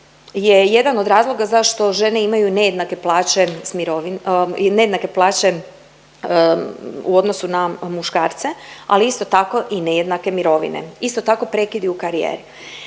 nejednake plaće s mirovine, nejednake plaće u odnosu na muškarce ali isto tako i nejednake mirovine. Isto tako prekidi u karijeri.